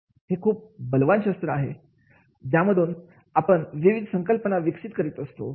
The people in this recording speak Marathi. आहे हे खूप बलवान शस्त्र आहे ज्यामधून आपण विविध संकल्पना विकसित करीत असतो